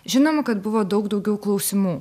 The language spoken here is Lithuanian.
žinoma kad buvo daug daugiau klausimų